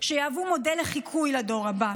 שיהוו מודל לחיקוי לדור הבא,